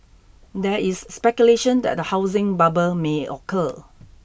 there is speculation that a housing bubble may occur